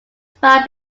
found